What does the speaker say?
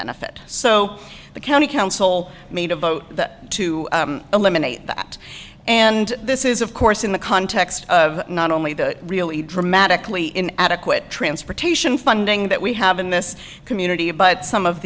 benefit so the county council made a vote to eliminate that and this is of course in the context of not only the really dramatically in adequate transportation funding that we have in this community but some of